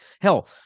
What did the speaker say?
Hell